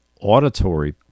auditory